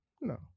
no